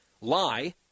lie